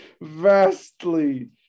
Vastly